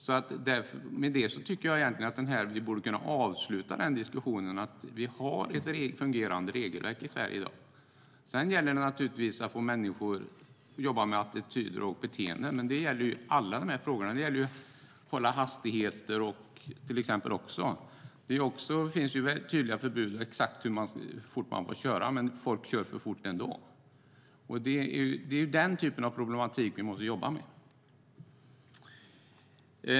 Jag tycker därför att vi egentligen borde kunna avsluta den diskussionen, för vi har ett fungerande regelverk i Sverige i dag. Sedan gäller det naturligtvis att jobba med attityder och beteenden, men det gäller ju alla de här frågorna. Det handlar till exempel om att hålla hastigheter; där finns det tydliga förbud och gränser för hur fort man får köra, men folk kör ändå för fort. Det är den typen av problematik vi måste jobba med.